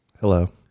hello